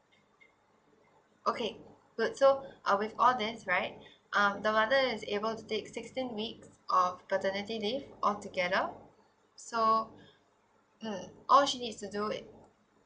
okay good so uh with all these right uh the mother is able to take sixteen weeks of maternity leave all together so mm all she needs to do is